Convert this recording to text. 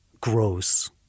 gross